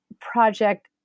project